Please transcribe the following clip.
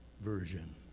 Version